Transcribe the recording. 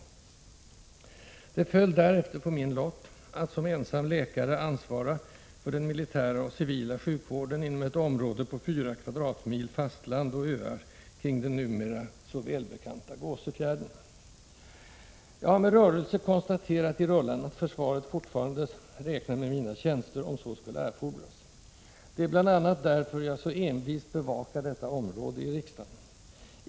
Det föll därefter på min lott att som ensam läkare ansvara för den militära och civila sjukvården inom ett område på 4 kvadratmil fastland och öar kring den numera så välbekanta Gåsefjärden. Jag har med rörelse konstaterat i rullan att försvaret fortfarande räknar med mina tjänster, om så skulle erfordras. Det är bl.a. därför jag så envist bevakar detta område i riksdagen.